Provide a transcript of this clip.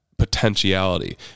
potentiality